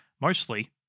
mostly